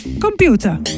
Computer